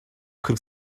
kırk